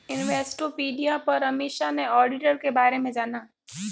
Investopedia पर अमीषा ने auditor के बारे में जाना